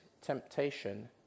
temptation